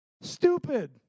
Stupid